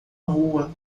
rua